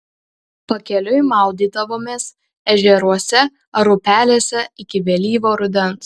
pakeliui maudydavomės ežeruose ar upelėse iki vėlyvo rudens